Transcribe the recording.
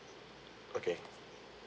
okay